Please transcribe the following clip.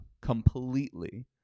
Completely